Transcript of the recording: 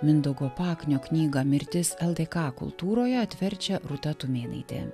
mindaugo paknio knygą mirtis ldk kultūroje atverčia rūta tumėnaitė